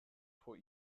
vor